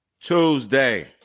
Tuesday